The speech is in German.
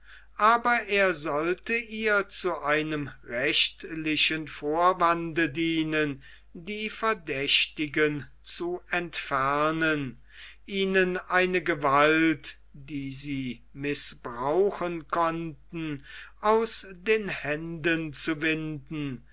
aber er sollte ihr zu einem rechtlichen vorwande dienen die verdächtigen zu entfernen ihnen eine gewalt die sie mißbrauchen konnten aus den händen zu winden